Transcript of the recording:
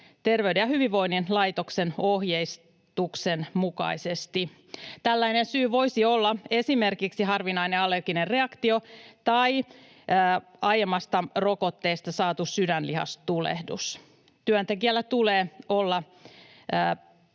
Terveyden ja hyvinvoinnin laitoksen ohjeistuksen mukaisesti. Tällainen syy voisi olla esimerkiksi harvinainen allerginen reaktio tai aiemmasta rokotteesta saatu sydänlihastulehdus. Työntekijällä tulee olla